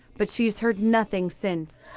but she has heard nothing since.